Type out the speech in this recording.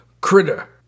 critter